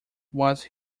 was